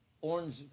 orange